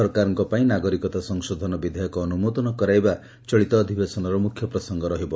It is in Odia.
ସରକାରଙ୍କ ପାଇଁ ନାଗରିକତା ସଂଶୋଧନ ବିଧେୟକ ଅନୁମୋଦନ କରାଇବା ଚଳିତ ଅଧିବେଶନର ମୁଖ୍ୟ ପ୍ରସଙ୍ଙ ରହିବ